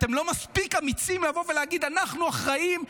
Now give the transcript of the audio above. אתם לא מספיק אמיצים לבוא ולהגיד: אנחנו אחראים,